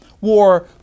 War